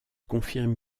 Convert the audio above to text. confirme